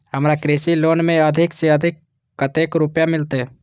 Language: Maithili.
हमरा कृषि लोन में अधिक से अधिक कतेक रुपया मिलते?